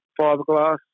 fiberglass